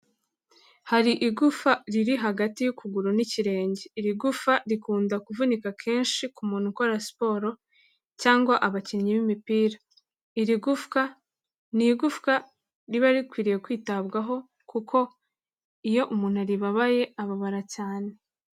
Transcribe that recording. Hari igufa riri hagati y'ukuguru n'ikirenge, iri gufa rikunda kuvunika kenshi ku muntu ukora siporo cyangwa abakinnyi b'imipira, iri gufwa ni igufwa riba rikwiriye kwitabwaho kuko iyo umuntu aribabaye ababara cyane.